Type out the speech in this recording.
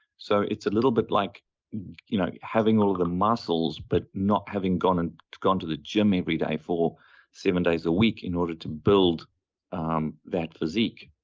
so, it's a little bit like you know having all the muscles but not having gone and to gone to the gym every day for seven days a week in order to build that physique.